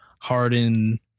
Harden